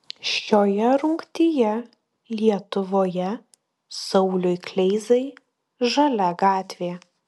šioje rungtyje lietuvoje sauliui kleizai žalia gatvė